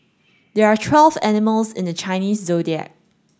there are twelve animals in the Chinese Zodiac